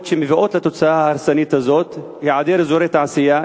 שמביאות לתוצאה ההרסנית הזאת: היעדר אזורי תעשייה,